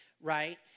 right